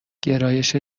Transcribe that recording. گرایش